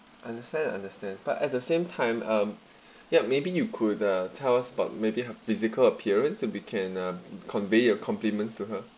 understand understand but at the same time uh ya maybe you could uh tell us about maybe her physical appearance and we can uh convey your compliments to her